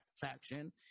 faction